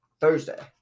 Thursday